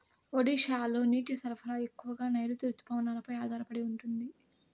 ఒడిశాలో నీటి సరఫరా ఎక్కువగా నైరుతి రుతుపవనాలపై ఆధారపడి ఉంటుంది